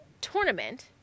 tournament